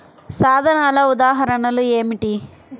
సాధనాల ఉదాహరణలు ఏమిటీ?